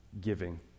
Giving